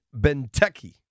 Benteke